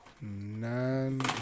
nine